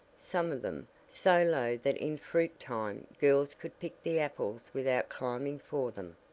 some of them, so low that in fruit time girls could pick the apples without climbing for them.